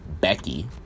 Becky